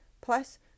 plus